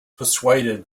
persuaded